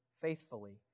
faithfully